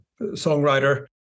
songwriter